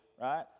right